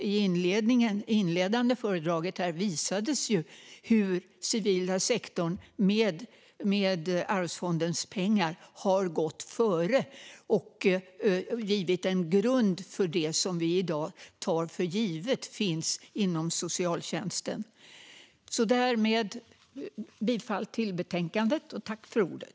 I det inledande anförandet visades hur den civila sektorn med hjälp av Arvsfondens pengar har gått före och givit en grund för det som vi i dag tar för givet finns inom socialtjänsten. Jag yrkar bifall till utskottets förslag i betänkandet.